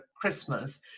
Christmas